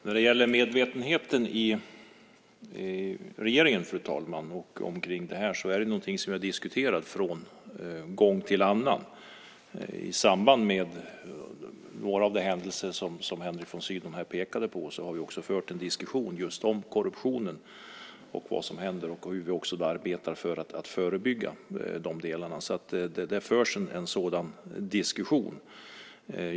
Fru talman! När det gäller medvetenheten i regeringen om detta, så är det någonting som vi har diskuterat från gång till annan. I samband med några av de händelser som Henrik von Sydow pekade på har vi också fört en diskussion om korruptionen och vad som händer och om hur vi ska arbeta för att förebygga korruption. Det förs alltså en sådan diskussion.